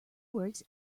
words